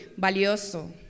Valioso